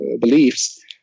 beliefs –